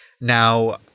Now